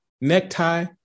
necktie